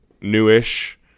Newish